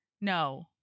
No